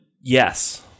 Yes